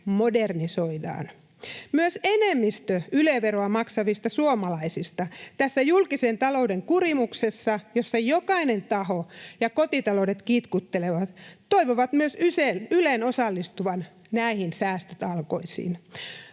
modernisoidaan. Myös enemmistö Yle-veroa maksavista suomalaisista tässä julkisen talouden kurimuksessa, jossa jokainen taho ja kotitaloudet kitkuttelevat, toivoo myös Ylen osallistuvan näihin säästötalkoisiin.